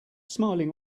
smiling